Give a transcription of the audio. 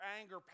anger